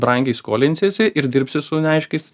brangiai skolinsiesi ir dirbsi su neaiškiais